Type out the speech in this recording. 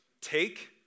Take